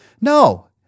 No